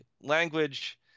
language